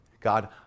God